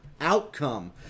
outcome